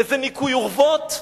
איזה ניקוי אורוות?